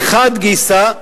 מחד גיסא,